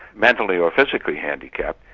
mentally or physically handicapped,